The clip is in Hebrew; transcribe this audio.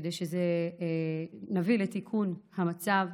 נביא לתיקון המצב.